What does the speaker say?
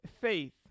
Faith